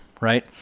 right